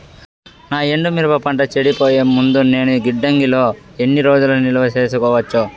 నా ఎండు మిరప పంట చెడిపోయే ముందు నేను గిడ్డంగి లో ఎన్ని రోజులు నిలువ సేసుకోవచ్చు?